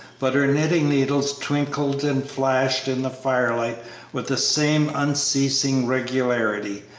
but her knitting-needles twinkled and flashed in the firelight with the same unceasing regularity,